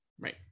Right